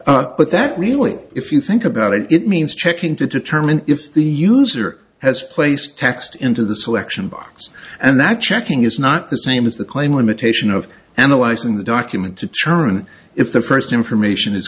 but that really if you think about it it means checking to determine if the user has placed text into the selection box and that checking is not the same as the claim limitation of analyzing the document to char and if the first information is